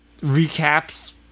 recaps